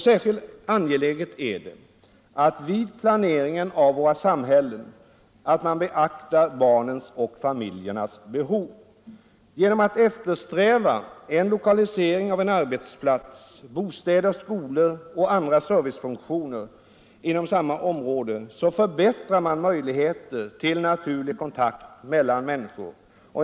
Särskilt angeläget är det att man vid planeringen av våra samhällen beaktar barnens och familjernas behov. Genom att eftersträva en lokalisering av en arbetsplats, bostäder och skolor och andra servicefunktioner inom samma område förbättrar man möjligheterna till naturlig kontakt mellan människor.